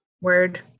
Word